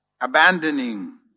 Abandoning